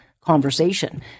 conversation